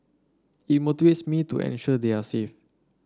it motivates me to ensure they are safe